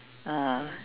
ah